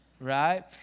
right